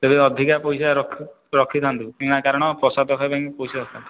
ତେବେ ଅଧିକ ପଇସା ରଖିଥାନ୍ତୁ କିମ୍ବା କାରଣ ପ୍ରସାଦ ଖାଇବା ପାଇଁ ପଇସା ଦରକାର